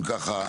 הצבעה אושר.